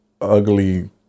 ugly